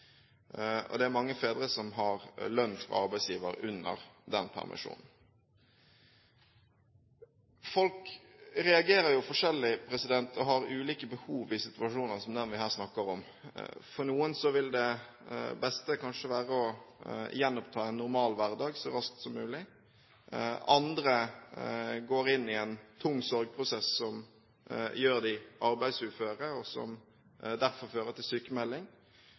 Det er mange fedre som har lønn fra arbeidsgiver under den permisjonen. Folk reagerer forskjellig og har ulike behov i situasjoner som den vi her snakker om. For noen vil det beste kanskje være å gjenoppta en normal hverdag så raskt som mulig. Andre går inn i en tung sorgprosess som gjør dem arbeidsuføre, og som derfor fører til